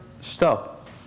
Stop